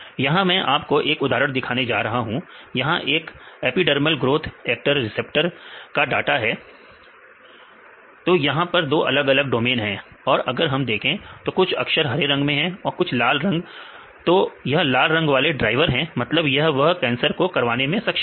यहां मैं आपको एक उदाहरण दिखाने जा रहा हूं यह एक एपिडेरमल ग्रोथ एक्टर रिसेप्टर का डाटा है तो यहां पर दो अलग अलग डोमेन है और अगर हम देखें तो कुछ अक्षर हरे रंग में है और कुछ लाल तो यह लाल रंग वाले ड्राइवर हैं मतलब कि वह कैंसर को करवाने मैं सक्षम है